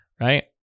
right